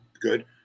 good